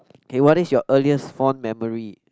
okay what is your earliest fond memory